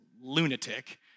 lunatic